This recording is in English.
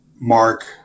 mark